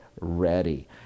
ready